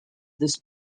this